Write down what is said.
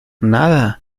nada